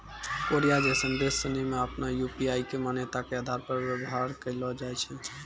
Korea जैसन देश सनि मे आपनो यू.पी.आई के मान्यता के आधार पर व्यवहार कैलो जाय छै